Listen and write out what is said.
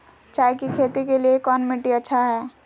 चाय की खेती के लिए कौन मिट्टी अच्छा हाय?